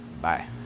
Bye